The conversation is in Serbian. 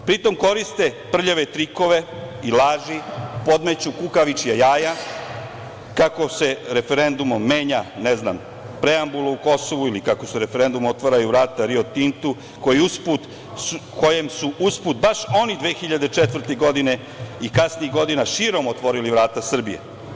Pri tom, koriste prljave trikove i laži, podmeću kukavičja jaja kako se referendumom menja, ne znam, preambula o Kosovu, ili kako se referendumom otvaraju vrata Rio Tintu, kojem su uz put baš oni 2004. godine i kasnijih godina, širom otvorili vrata Srbije.